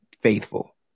faithful